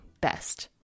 best